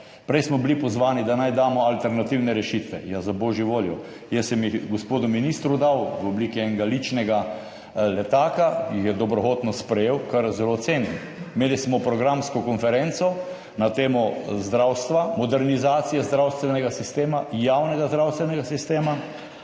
Prej smo bili pozvani, da naj damo alternativne rešitve. Ja za božjo voljo, jaz sem jih gospodu ministru dal v obliki enega ličnega letaka, jih je dobrohotno sprejel, kar zelo cenim. Imeli smo programsko konferenco na temo zdravstva, modernizacije zdravstvenega sistema, javnega zdravstvenega sistema